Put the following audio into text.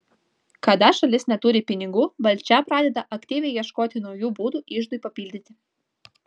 kada šalis neturi pinigų valdžia pradeda aktyviai ieškoti naujų būdų iždui papildyti